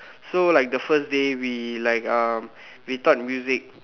so like the first day we like um we taught music